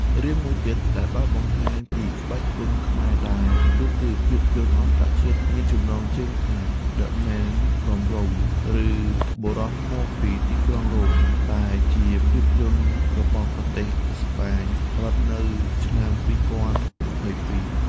រឿងមួយទៀតដែលបានបង្ហាញពីក្បាច់គុនខ្មែរដែរ នោះគឺភាពយន្តអន្តរជាតិមានចំណងជើងថា "The Man from Rome" ឬ "បុរសមកពីទីក្រុងរ៉ូម" ដែលជាភាពយន្តរបស់ប្រទេសអេស្ប៉ាញផលិតនៅឆ្នាំ២០២២។